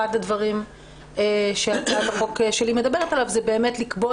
אחד הדברים שהצעת החוק שלי מדברת עליו זה לקבוע